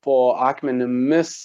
po akmenimis